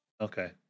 okay